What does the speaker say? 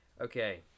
Okay